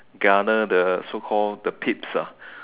garner the so call the pits ah